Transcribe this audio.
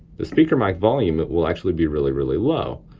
the speaker mic volume will actually be really, really low.